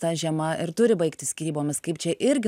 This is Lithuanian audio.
ta žiema ir turi baigtis skyrybomis kaip čia irgi